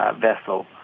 vessel